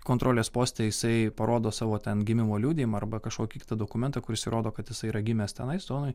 kontrolės poste jisai parodo savo ten gimimo liudijimą arba kažkokį kitą dokumentą kuris įrodo kad jisai yra gimęs tenais zonoj